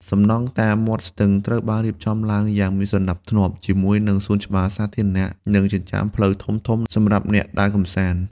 សំណង់តាមមាត់ស្ទឹងត្រូវបានរៀបចំឡើងយ៉ាងមានសណ្តាប់ធ្នាប់ ជាមួយនឹងសួនច្បារសាធារណៈ និងចិញ្ចើមផ្លូវធំៗសម្រាប់អ្នកដើរកម្សាន្ត។